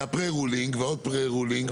זה "פרה-רולינג" ועוד "פרה-רולינג".